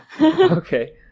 Okay